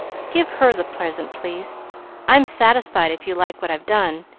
give her the present, please i'm satisfied, if you like what i've done.